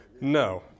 No